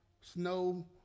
snow